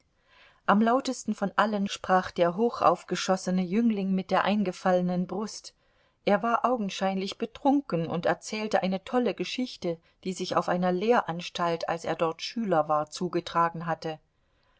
am lautesten von allen sprach der hochaufgeschossene jüngling mit der eingefallenen brust er war augenscheinlich betrunken und erzählte eine tolle geschichte die sich auf einer lehranstalt als er dort schüler war zugetragen hatte